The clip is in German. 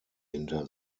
hinter